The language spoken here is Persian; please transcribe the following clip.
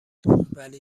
ولی